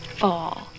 fall